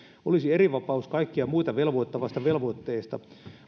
olisi erivapaus kaikkia muita velvoittavasta velvoitteesta